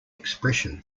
expression